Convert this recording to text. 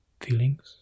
feelings